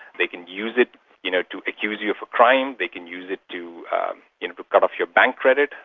they can use it you know to accuse you of a crime, they can use it to you know cut off your bank credit.